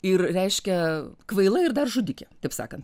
ir reiškia kvaila ir dar žudikė taip sakant